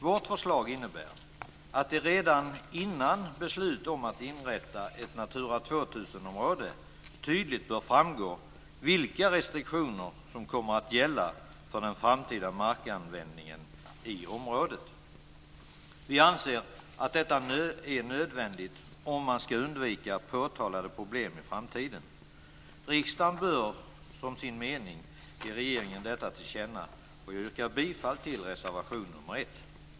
Vårt förslag innebär att det redan före ett beslut om att inrätta ett Natura 2000-område tydligt bör framgå vilka restriktioner som kommer att gälla för den framtida markanvändningen i området. Vi anser att detta är nödvändigt om man ska undvika påtalade problem i framtiden. Riksdagen bör som sin mening ge regeringen detta till känna. Jag yrkar bifall till reservation nr 1.